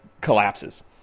collapses